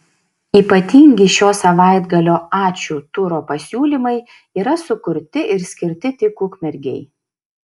ypatingi šio savaitgalio ačiū turo pasiūlymai yra sukurti ir skirti tik ukmergei